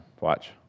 Watch